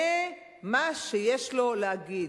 זה מה שיש לו להגיד.